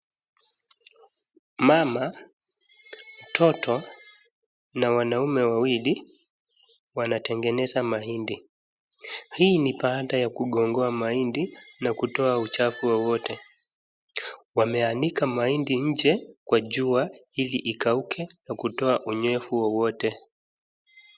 Mama, mtoto na wanaume wawili wanatengeneza mahindi, hii ni baada ya kugongoa mahindi na kutoa uchafu wowote. Wameanika mahindi nje kwa jua ili ikauke na kutoa unyevu wowote.